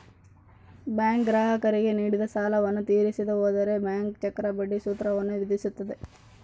bank ಗ್ರಾಹಕರಿಗೆ ನೀಡಿದ ಸಾಲವನ್ನು ತೀರಿಸದೆ ಹೋದರೆ ಬ್ಯಾಂಕ್ ಚಕ್ರಬಡ್ಡಿ ಸೂತ್ರವನ್ನು ವಿಧಿಸುತ್ತದೆ